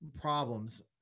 problems